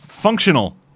functional